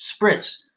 Spritz